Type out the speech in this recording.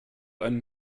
einen